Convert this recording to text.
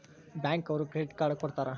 bank ಅವ್ರು credit card ಕೊಡ್ತಾರ